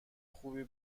خوبی